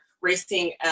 racing